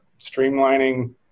streamlining